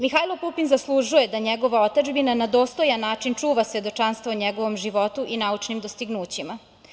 Mihajlo Pupin zaslužuje da njegova otadžbina na dostojan način čuva svedočanstvo o njegovom životu i naučnim dostignućima.